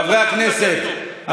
חברי הכנסת.